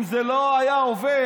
אם זה לא היה עובר,